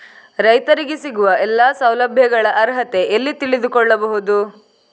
ರೈತರಿಗೆ ಸಿಗುವ ಎಲ್ಲಾ ಸೌಲಭ್ಯಗಳ ಅರ್ಹತೆ ಎಲ್ಲಿ ತಿಳಿದುಕೊಳ್ಳಬಹುದು?